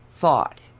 thought